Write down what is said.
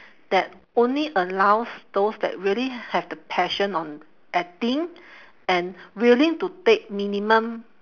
that only allows those that really have the passion on acting and willing to take minimum